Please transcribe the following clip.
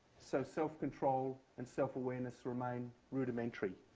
so self-control and self-awareness remain rudimentary.